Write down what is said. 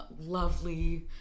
lovely